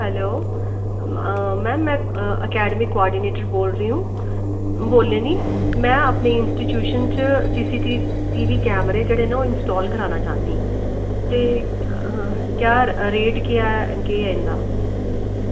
hello ma'am में academic coordinator बोल रही हूं बोला नी में अपने इंस्टीट्यूशयन च सीसीटीवी कैमरे जेह्ड़े ओह् इंस्टॉल कराना चाह्नी ते क्या रेट केह् ऐ इंदा